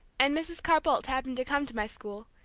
and mrs. carr-bolt happened to come to my school,